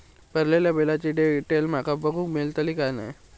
भरलेल्या बिलाची डिटेल माका बघूक मेलटली की नाय?